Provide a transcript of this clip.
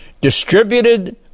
distributed